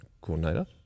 coordinator